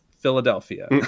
philadelphia